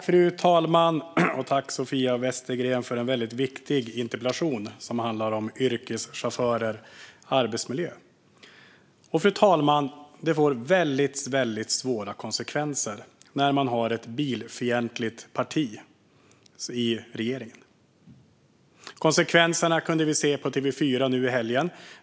Fru talman! Tack, Sofia Westergren, för en väldigt viktig interpellation, som handlar om yrkeschaufförers arbetsmiljö! Fru talman! Det får väldigt, väldigt svåra konsekvenser när man har ett bilfientligt parti i regeringen. Konsekvenserna kunde vi se på TV4 nu i helgen.